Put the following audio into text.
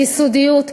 ביסודיות,